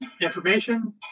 Information